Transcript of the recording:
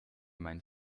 meinen